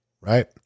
Right